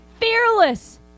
fearless